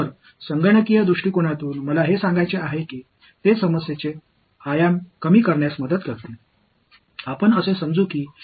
எனவே ஒரு கணக்கீட்டு பார்வையில் இந்தப் புள்ளி சிக்கலின் பரிமாணத்தை குறைக்க உதவுகிறது என்பதை நான் செய்ய விரும்புகிறேன்